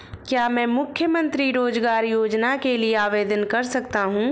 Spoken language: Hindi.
क्या मैं मुख्यमंत्री रोज़गार योजना के लिए आवेदन कर सकता हूँ?